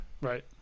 Right